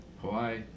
Hawaii